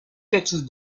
techos